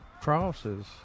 crosses